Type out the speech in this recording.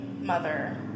mother